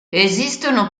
esistono